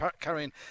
carrying